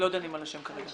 לא דנים על השם כרגע.